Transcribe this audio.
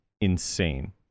insane